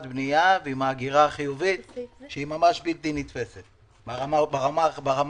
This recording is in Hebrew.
בנייה ועם ההגירה החיובית שהיא ממש בלתי נתפסת ברמה החיובית.